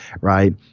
Right